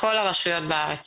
כל הרשויות בארץ,